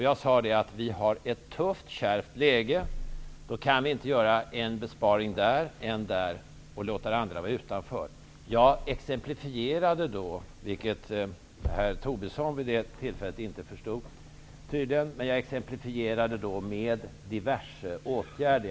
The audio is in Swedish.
Jag sade då att läget är kärvt. Vi kan inte göra en besparing här och en där och låta allt annat vara som vanligt. Jag exemplifierade, vilket herr Tobisson vid det tillfället tydligen inte förstod, med diverse åtgärder.